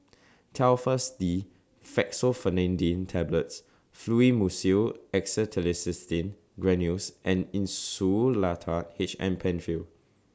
Telfast D Fexofenadine Tablets Fluimucil Acetylcysteine Granules and Insulatard H M PenFill